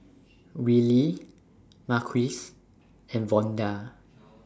Wylie Marquez and Vonda